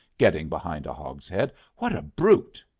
getting behind a hogshead, what a brute!